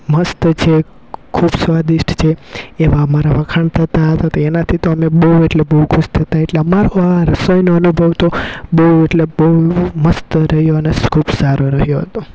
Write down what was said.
મસ્ત છે ખૂબ સ્વાદિષ્ટ છે એમ અમારા વખાણ થતા હતા તો એનાથી તો અમે બહુ એટલે બહુ ખુશ થતાં એટલે અમારો આ રસોઈનો અનુભવ તો બહુ એટલે બહુ મસ્ત રહ્યો અને ખૂબ સારો રહ્યો હતો